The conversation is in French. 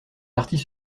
partis